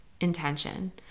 intention